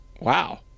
wow